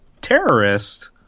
terrorist